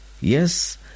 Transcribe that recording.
yes